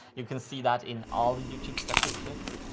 you can see that in all youtube statistics.